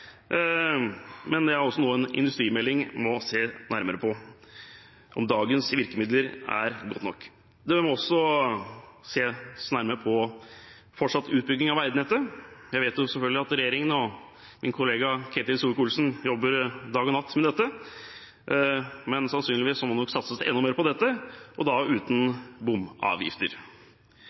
men det er altså noe en industrimelding må se nærmere på: om dagens virkemidler er gode nok. Det må også ses nærmere på fortsatt utbygging av veinettet. Jeg vet selvfølgelig at regjeringen og min kollega Ketil Solvik-Olsen jobber dag og natt med dette, men sannsynligvis må det nok satses enda mer på det, og da